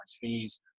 fees